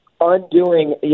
undoing